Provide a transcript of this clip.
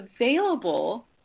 available